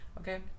Okay